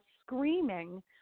screaming